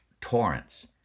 torrents